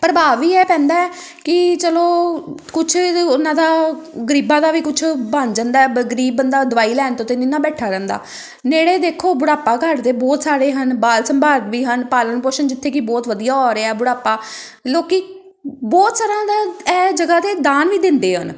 ਪ੍ਰਭਾਵ ਵੀ ਇਹ ਪੈਂਦਾ ਕਿ ਚਲੋ ਕੁਛ ਉਹਨਾਂ ਦਾ ਗਰੀਬਾਂ ਦਾ ਵੀ ਕੁਛ ਬਣ ਜਾਂਦਾ ਬ ਗਰੀਬ ਬੰਦਾ ਦਵਾਈ ਲੈਣ ਤੋਂ ਤਾਂ ਨਹੀਂ ਨਾ ਬੈਠਾ ਰਹਿੰਦਾ ਨੇੜੇ ਦੇਖੋ ਬੁਢਾਪਾ ਘਰ ਤਾਂ ਬਹੁਤ ਸਾਰੇ ਹਨ ਬਾਲ ਸੰਭਾਲ ਵੀ ਹਨ ਪਾਲਣ ਪੋਸ਼ਣ ਜਿੱਥੇ ਕਿ ਬਹੁਤ ਵਧੀਆ ਹੋ ਰਿਹਾ ਬੁਢਾਪਾ ਲੋਕ ਬਹੁਤ ਸਾਰਿਆਂ ਦਾ ਇਹ ਜਗ੍ਹਾ 'ਤੇ ਦਾਨ ਵੀ ਦਿੰਦੇ ਹਨ